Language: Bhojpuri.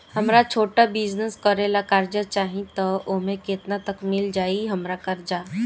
हमरा छोटा बिजनेस करे ला कर्जा चाहि त ओमे केतना तक मिल जायी हमरा कर्जा?